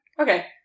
Okay